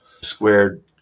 squared